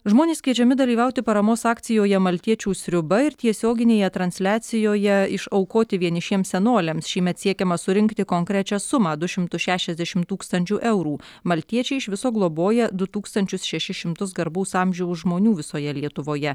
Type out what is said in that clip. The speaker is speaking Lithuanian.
žmonės kviečiami dalyvauti paramos akcijoje maltiečių sriuba ir tiesioginėje transliacijoje iš aukoti vienišiems senoliams šįmet siekiama surinkti konkrečią sumą du šimtus šešiasdešim tūkstančių eurų maltiečiai iš viso globoja du tūkstančius šešis šimtus garbaus amžiaus žmonių visoje lietuvoje